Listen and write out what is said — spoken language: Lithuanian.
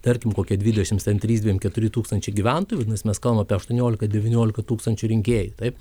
tarkim kokią dvidešimt ten trys dvim keturi tūkstančiai gyventojų vadinasi mes kalbam aštuoniolika devyniolika tūkstančių rinkėjų taip